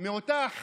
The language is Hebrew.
אני לא מאלה,